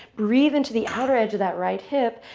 breathe into the outer edge of that right hip,